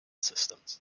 systems